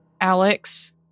Alex